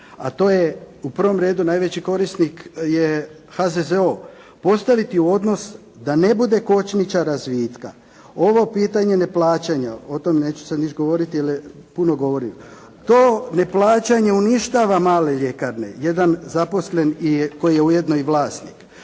a to je u prvom redu najveći korisnik je HZZO postaviti u odnos da ne bude kočnica razvitka. Ovo pitanje ne plaćanja, o tome neću sada ništa govoriti jer puno govorim. To neplaćanje uništava male ljekarne. Jedan zaposlen koji je ujedno i vlasnik.